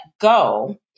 go